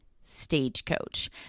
Stagecoach